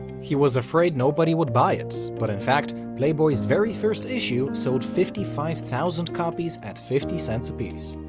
he was afraid nobody would buy it, but in fact, playboy's very first issue sold fifty five thousand copies at fifty cents a piece.